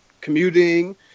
commuting